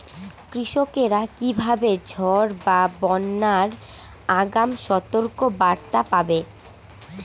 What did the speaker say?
কৃষকেরা কীভাবে ঝড় বা বন্যার আগাম সতর্ক বার্তা পাবে?